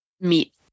meet